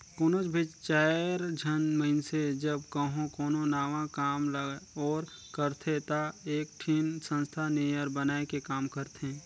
कोनोच भी चाएर झन मइनसे जब कहों कोनो नावा काम ल ओर करथे ता एकठिन संस्था नियर बनाए के काम करथें